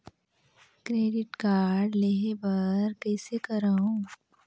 Credit card लेहे बर कइसे करव?